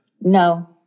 No